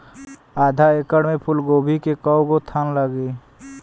आधा एकड़ में फूलगोभी के कव गो थान लागी?